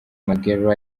magnell